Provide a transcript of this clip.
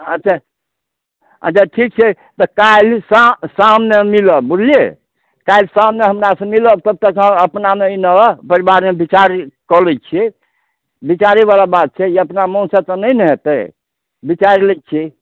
अच्छा अच्छा ठीक छै तऽ काल्हि सा शाममे मिलब बुझलियै काल्हि शाममे हमरा से मिलब तऽ तक हम अपनामे ई एन्नऽ परिवारमे बिचार कऽ लै छियै बिचारै बला बात छै अपना मन से तऽ नहि ने होतैक बिचारि लै छियै